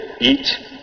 eat